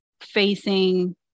facing